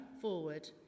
forward